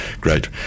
Great